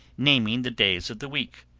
naming the days of the week.